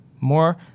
more